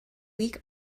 weak